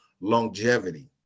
longevity